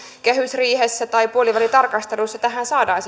kehysriihessä tai puolivälitarkastelussa tähän saadaan